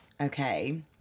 okay